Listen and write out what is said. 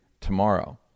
tomorrow